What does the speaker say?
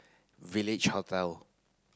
Village Hotel